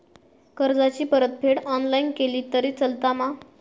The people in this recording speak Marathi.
कर्जाची परतफेड ऑनलाइन केली तरी चलता मा?